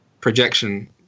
Projection